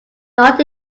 not